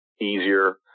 easier